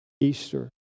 Easter